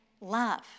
love